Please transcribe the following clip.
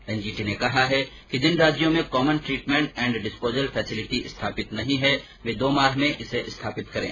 NGT ने कहा है कि जिन राज्यों में common treatment and disposal facility स्थापित नहीं है वे दो माह में इसे स्थापित करें